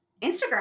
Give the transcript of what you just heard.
Instagram